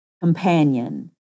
companion